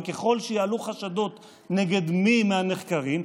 וככל שיעלו חדשות נגד מי מהנחקרים,